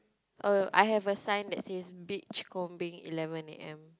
uh I have a sign that says beachcombing eleven A_M